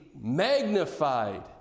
magnified